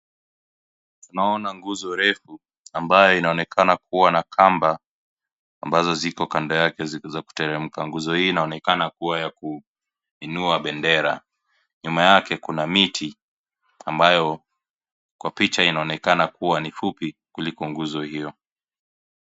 Naona nguzo refu ambayo inaonekana kuwa na kamba ambazo ziko kando yake zilizo kuteremka. Nguzo hii inaonekana kuwa ya kuinua pendera. Nyuma yake kuna miti ambayo kwa picha inaonekana kuwa ni fupi kuliko nguzo hiyo.